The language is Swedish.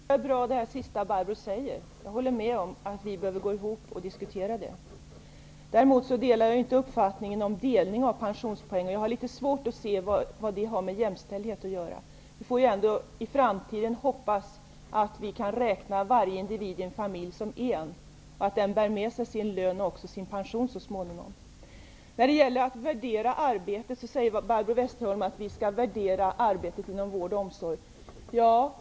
Herr talman! Det sista Barbro Westerholm sade i sin replik tycker jag är bra. Jag håller med om att vi behöver gå samman och diskutera det problemet. Däremot delar jag inte uppfattningen om delning av pensionspoäng. Jag har litet svårt att se vad det har med jämställdheten att göra. Vi får ändå hoppas att vi i framtiden skall kunna räkna varje individ i en familj som en person, och att varje individ har sin lön och så småningom sin pension. Barbro Westerholm säger att vi skall värdera arbetet inom vård och omsorg.